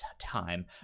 time